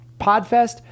Podfest